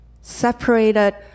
separated